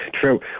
true